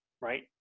right